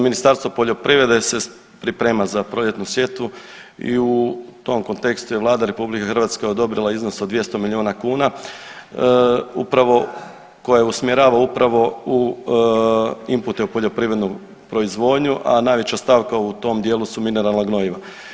Ministarstvo poljoprivrede se priprema za proljetnu sjetvu i u tom kontekstu je Vlada RH odobrila iznos od 200 miliona kuna upravo koje usmjerava upravo u impute u poljoprivrednu proizvodnju, a najveća stavka u tom dijelu su mineralna gnojiva.